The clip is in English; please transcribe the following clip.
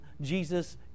Jesus